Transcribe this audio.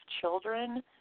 children